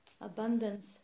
Abundance